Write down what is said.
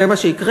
זה מה שיקרה.